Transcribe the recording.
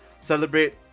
celebrate